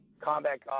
combat